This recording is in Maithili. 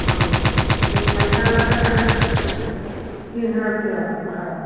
हँ ओहिमे पैसा लागत अहाँके तीन हजार रूपआ भाड़ा